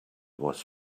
was